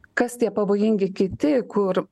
kas tie pavojingi kiti kur